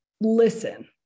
listen